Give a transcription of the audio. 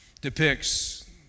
depicts